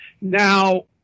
Now